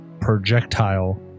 projectile